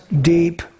deep